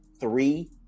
three